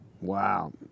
Wow